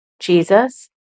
Jesus